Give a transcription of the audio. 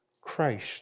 Christ